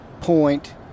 point